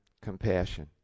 compassion